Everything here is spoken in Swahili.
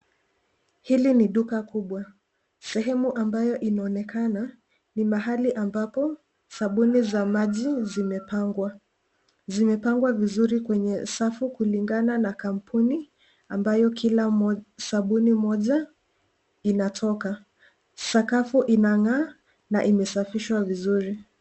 Hili ni duka kubwa. Sehemu ambayo inaonekana ni mahali ambapo sabuni za maji zimepangwa. Zimepangwa vizuri kwenye safu kulingana na kampuni ambayo kila sabuni moja inatoka. Sakafu inang'aa na imesafishwa vizuri.